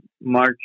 march